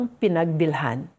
pinagbilhan